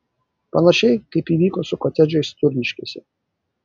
panašiai kaip įvyko su kotedžais turniškėse